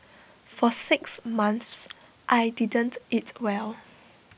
for six months I didn't eat well